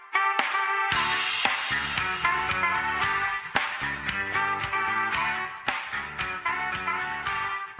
i